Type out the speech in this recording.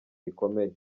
rikomeye